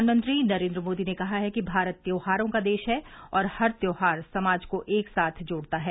प्रधानमंत्री नरेंद्र मोदी ने कहा है कि भारत त्योहारों का देश है और हर त्योहार समाज को एक साथ जोड़ता है